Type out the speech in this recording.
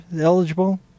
eligible